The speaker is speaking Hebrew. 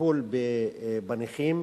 בטיפול בנכים